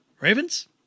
Ravens